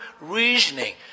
reasoning